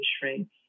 shrinks